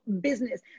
business